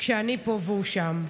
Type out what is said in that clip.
כשאני פה והוא שם.